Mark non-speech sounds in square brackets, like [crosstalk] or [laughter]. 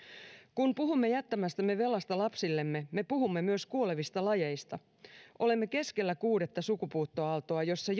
kun puhumme jättämästämme velasta lapsillemme me puhumme myös kuolevista lajeista olemme keskellä kuudetta sukupuuttoaaltoa jossa [unintelligible]